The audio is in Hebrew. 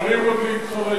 אנחנו יכולים עוד להתחרט.